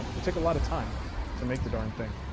they take a lot of time to make the darn thing.